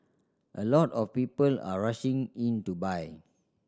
a lot of people are rushing in to buy